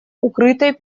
укрытой